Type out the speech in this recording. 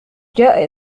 جاء